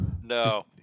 No